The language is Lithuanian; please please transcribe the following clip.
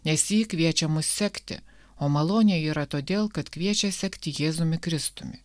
nes ji kviečia mus sekti o malonė yra todėl kad kviečia sekti jėzumi kristumi